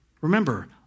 Remember